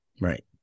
Right